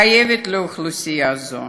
חייבת לאוכלוסייה זו,